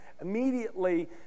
Immediately